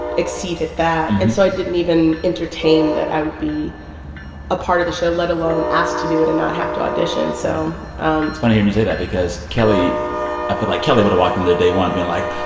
exceed at that. and so i didn't even entertain that i would be a part of the show, let alone asked to do it and not have to audition. so. it's um funny hearing you say that because kelli i feel like kelli would have walked in there day one being, like,